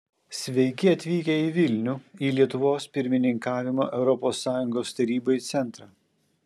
sveiki atvykę į vilnių į lietuvos pirmininkavimo europos sąjungos tarybai centrą